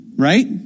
right